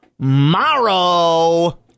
tomorrow